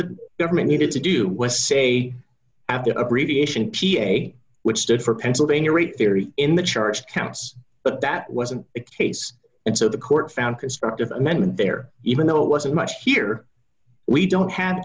the government needed to do was say at that abbreviation p a which stood for pennsylvania or a theory in the charge counts but that wasn't the case and so the court found constructive amendment there even though it wasn't much here we don't have